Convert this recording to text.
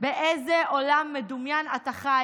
באיזה עולם מדומיין את חי?